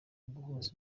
uguhuza